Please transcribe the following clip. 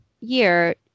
year